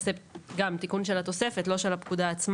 בכל ההתוויות נעשה תיקון של התוספת; לא של הפקודה עצמה.